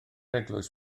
eglwys